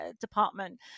department